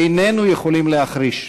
איננו יכולים להחריש,